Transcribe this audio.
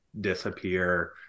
disappear